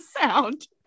sound